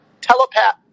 Telepath